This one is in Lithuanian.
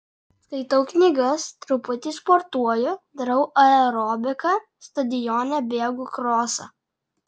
skaitau knygas truputį sportuoju darau aerobiką stadione bėgu krosą